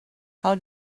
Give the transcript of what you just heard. how